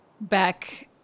back